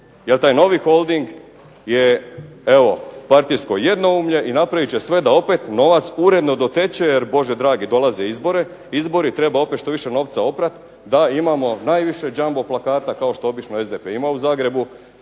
jer taj novi Holding je evo partijsko jednoumlje i napravit će sve da opet novac uredno doteče jer Bože dragi dolaze izbori. Treba opet što više novca oprat da imamo najviše jumbo plakata kao što obično SDP ima u Zagrebu,